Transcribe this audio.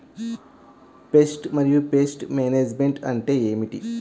Pest మరియు pest management అంటే ఏమిటి?